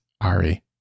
Ari